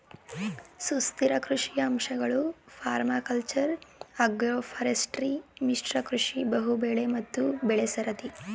ಸುಸ್ಥಿರ ಕೃಷಿಯ ಅಂಶಗಳು ಪರ್ಮಾಕಲ್ಚರ್ ಅಗ್ರೋಫಾರೆಸ್ಟ್ರಿ ಮಿಶ್ರ ಕೃಷಿ ಬಹುಬೆಳೆ ಮತ್ತು ಬೆಳೆಸರದಿ